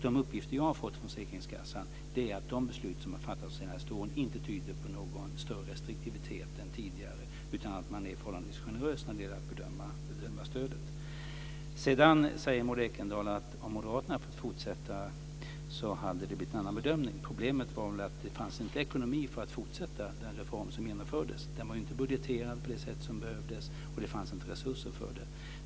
De uppgifter jag har fått från försäkringskassan är att de beslut som har fattats de senaste åren inte tyder på någon större restriktivitet än tidigare, utan man är förhållandevis generös när det gäller att bedöma stödet. Maud Ekendahl säger att om moderaterna hade fått fortsätta hade det blivit en annan bedömning. Problemet var att det inte fanns ekonomi att fortsätta den reform som genomfördes. Den var inte budgeterad på det sätt som behövdes, och det fanns inte resurser för det.